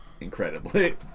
Incredibly